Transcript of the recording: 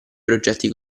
progetti